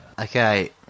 Okay